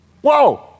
Whoa